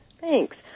Thanks